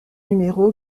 numéro